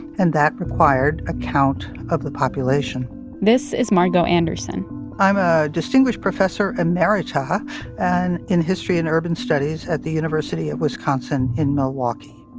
and that required a count of the population this is margo anderson i'm a distinguished professor emerita and in history and urban studies at the university of wisconsin in milwaukee